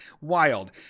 Wild